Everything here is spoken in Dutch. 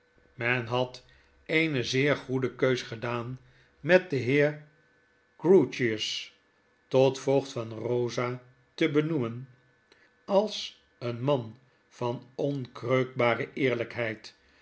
men had eene zeer goede keus gedaan met den heer grewgious tot voogd van eosa te benoemen als een man van onkreukbare eerlijkheid